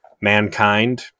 mankind